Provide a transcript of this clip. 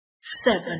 Seven